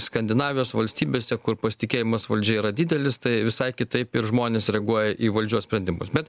skandinavijos valstybėse kur pasitikėjimas valdžia yra didelis tai visai kitaip ir žmonės reaguoja į valdžios sprendimus bet